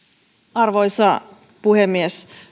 arvoisa puhemies